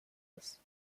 ist